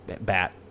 bat